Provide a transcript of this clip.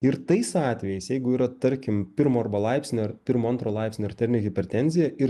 ir tais atvejais jeigu yra tarkim pirmo arba laipsnio ar pirmo antro laipsnio arterinė hipertenzija ir